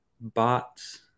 bots